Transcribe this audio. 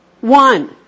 One